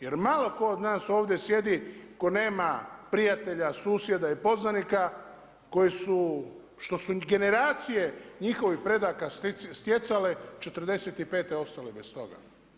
Jer malo tko od nas ovdje sjedi tko nema prijatelja, susjeda i poznanika koji su, što su generacije njihovih predaka stjecale '45. ostali bez toga.